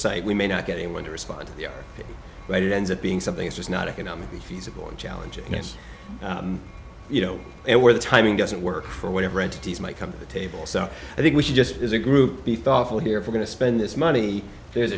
we may not get anyone to respond but it ends up being something it's just not economically feasible and challenging as you know and where the timing doesn't work for whatever entities might come table so i think we should just as a group be thoughtful here for going to spend this money there's